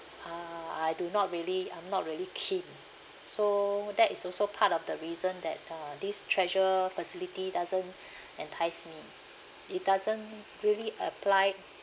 uh I do not really I'm not really keen so that is also part of the reason that uh this treasure facility doesn't entice me it doesn't really apply